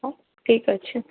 ହଉ ଠିକ୍ ଅଛି